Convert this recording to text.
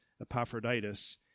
Epaphroditus